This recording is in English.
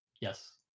Yes